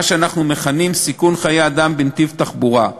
מה שאנחנו מכנים "סיכון חיי אדם בנתיב תחבורה".